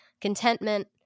contentment